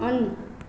on